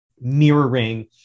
mirroring